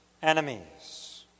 enemies